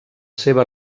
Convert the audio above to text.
seva